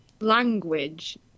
Language